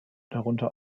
darunter